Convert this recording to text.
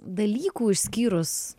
dalykų išskyrus